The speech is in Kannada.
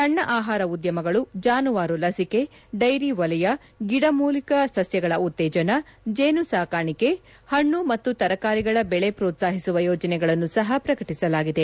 ಸಣ್ಣ ಆಹಾರ ಉದ್ಯಮಗಳು ಜಾನುವಾರು ಲಸಿಕೆ ಡೈರಿ ವಲಯ ಗಿಡಮೂಲಿಕ ಸಸ್ಯಗಳ ಉತ್ತೇಜನ ಜೇನು ಸಾಕಾಣಿಕೆ ಪಣ್ಣು ಮತ್ತು ತರಕಾರಿಗಳ ಬೆಳೆ ಮೋತ್ಸಾಹಿಸುವ ಯೋಜನೆಗಳನ್ನು ಸಹ ಪ್ರಕಟಿಸಲಾಗಿದೆ